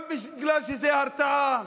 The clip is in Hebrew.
גם בגלל ההרתעה,